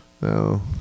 No